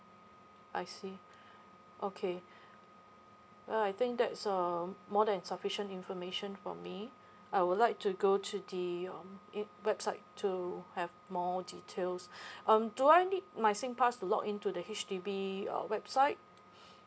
I see okay well I think that's uh more than sufficient information for me I would like to go to the uh it website to have more details um do I need my singpass to log in to the H_D_B uh website